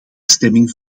stemming